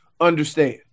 understand